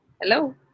Hello